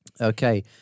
okay